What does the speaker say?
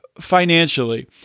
financially